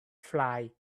flight